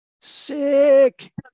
sick